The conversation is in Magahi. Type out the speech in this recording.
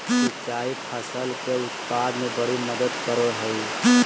सिंचाई फसल के उत्पाद में बड़ी मदद करो हइ